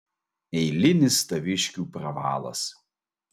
eilinis taviškių pravalas